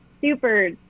super